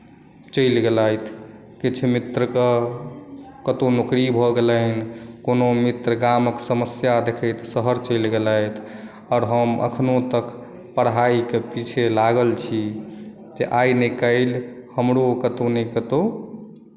चलि गेलथि किछु मित्रके कतहुँ नौकरी भऽ गेलनि कोनो मित्र गामक समस्या देखैत शहर चलि गेलथि आओर हम एखनो तक पढ़ाईके पिछे लागल छी जे आई नहि काल्हि हमरो कतहुँ नहि कतहुँ